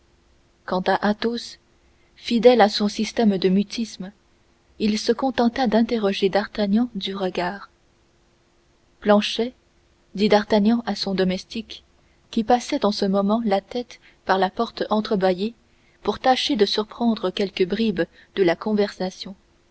à athos fidèle à son système de mutisme il se contenta d'interroger d'artagnan du regard planchet dit d'artagnan à son domestique qui passait en ce moment la tête par la porte entrebâillée pour tâcher de surprendre quelques bribes de la conversation